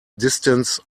distance